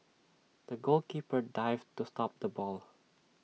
the goalkeeper dived to stop the ball